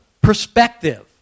perspective